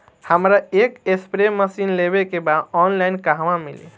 हमरा एक spray machine लेवे के बा ऑनलाइन कहवा मिली?